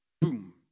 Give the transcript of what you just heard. Boom